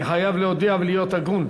אני חייב להודיע ולהיות הגון,